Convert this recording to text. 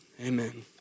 amen